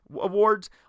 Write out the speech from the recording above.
awards